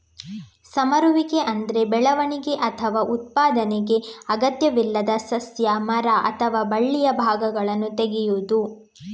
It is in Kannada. ಸಮರುವಿಕೆ ಅಂದ್ರೆ ಬೆಳವಣಿಗೆ ಅಥವಾ ಉತ್ಪಾದನೆಗೆ ಅಗತ್ಯವಿಲ್ಲದ ಸಸ್ಯ, ಮರ ಅಥವಾ ಬಳ್ಳಿಯ ಭಾಗಗಳನ್ನ ತೆಗೆಯುದು